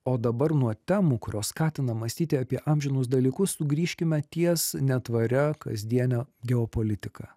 o dabar nuo temų kurios skatina mąstyti apie amžinus dalykus sugrįžkime ties netvaria kasdiene geopolitika